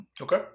Okay